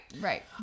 right